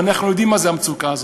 ואנחנו יודעים מה זה המצוקה הזאת.